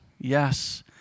yes